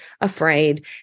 afraid